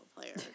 player